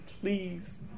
please